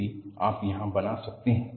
यही आप यहाँ बना सकते हैं